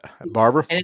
Barbara